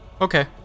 Okay